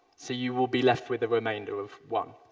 so you will be left with a remainder of one.